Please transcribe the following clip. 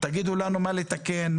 תגידו לנו מה לתקן,